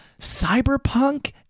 cyberpunk